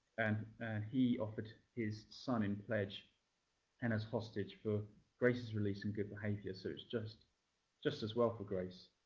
and and he offered his son in pledge and as hostage for grace's release and good behaviour. so it was just as well for grace.